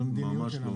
ממש לא.